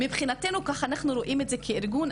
מבחינתנו, ככה אנחנו רואים את זה כארגון.